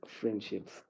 friendships